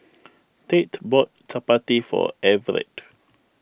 Tate bought Chapati for Everett